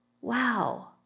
wow